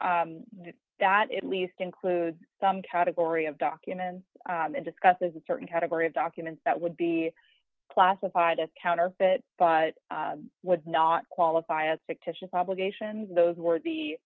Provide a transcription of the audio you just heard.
that at least includes some category of documents and discuss there's a certain category of documents that would be classified as counterfeit but would not qualify as a fictitious obligation those were the